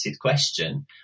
question